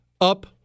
up